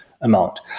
amount